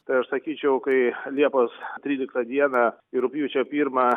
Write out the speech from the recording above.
tai aš sakyčiau kai liepos tryliktą dieną ir rugpjūčio pirmą